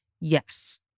yes